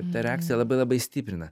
tą reakciją labai labai stiprina